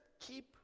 keep